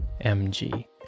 mg